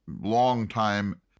long-time